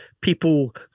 people